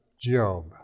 Job